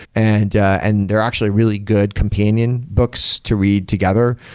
and and they're actually really good companion books to read together.